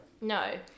No